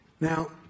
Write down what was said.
Now